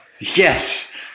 Yes